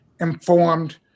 informed